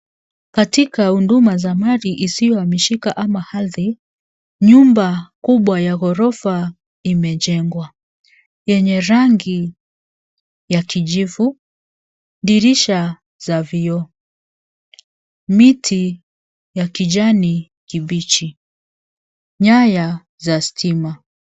Katika huduma za mali isiyohamishika ama ardhi, nyumba kubwa ya ghorofa imejengwa. Yenye rangi ya kijivu, dirisha za vioo, miti ya kijani kibichi, nyaya za stima.